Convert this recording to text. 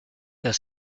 the